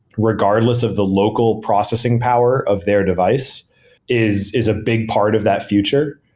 regardless of the local processing power of their device is is a big part of that future.